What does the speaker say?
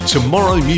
Tomorrow